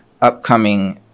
upcoming